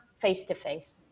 face-to-face